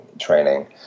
training